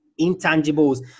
intangibles